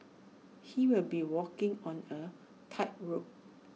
he'll be walking on A tightrope